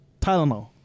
Tylenol